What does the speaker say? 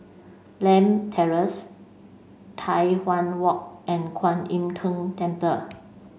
Lakme Terrace Tai Hwan Walk and Kwan Im Tng